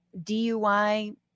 DUI